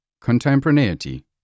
contemporaneity